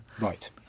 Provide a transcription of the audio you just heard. Right